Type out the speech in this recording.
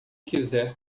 quiser